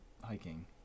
hiking